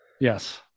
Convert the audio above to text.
Yes